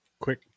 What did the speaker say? quick